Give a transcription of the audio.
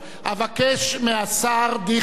אבקש מהשר דיכטר